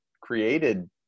created